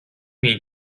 mean